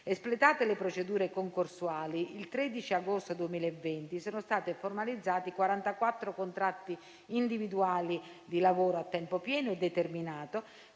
Espletate le procedure concorsuali, il 13 agosto 2020 sono stati formalizzati 44 contratti individuali di lavoro a tempo pieno e determinato,